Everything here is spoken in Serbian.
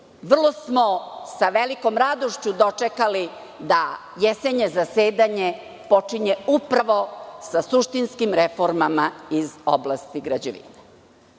vrlo smo, sa velikom radošću, dočekali da jesenje zasedanje počinje upravo sa suštinskim reformama iz oblasti građevine. Naše